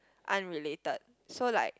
unrelated so like